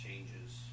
Changes